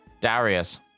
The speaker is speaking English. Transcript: Darius